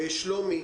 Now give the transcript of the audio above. שלומי